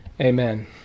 Amen